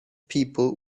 people